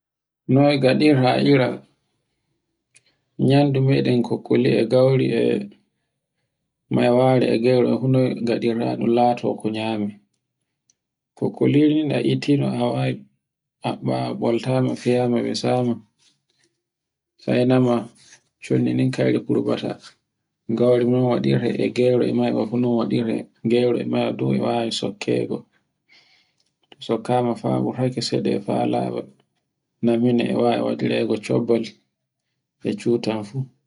Noy gaɗirta ira nyamdu meɗen kol kol li'e gauri, e maywari, e gero fu noy ngaɗirta ɗun latoko nyame. Kokkolirini e ittikono a wawi haɓɓawo ɓoltama fiyama emi sama. Sai nama shondi ndin kayri kurɓa ta. Gauri mun waɗirta e gero, maywa fu noy waɗirte. Gero e maywa fu noy waɗirte. Sokkama fama wurra seɗe maɗa fa laɓa, nanmine e wawi waɗire go chobbal e chutan fu.